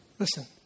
Listen